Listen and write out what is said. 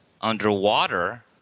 underwater